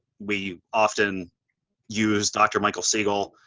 we often use dr. micheal siegel,